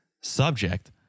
subject